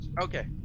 Okay